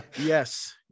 Yes